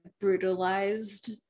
brutalized